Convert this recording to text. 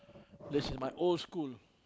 there's my old school